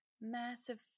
massive